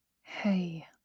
Hey